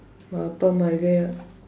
உன் அப்பா mar gaya